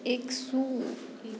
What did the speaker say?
सू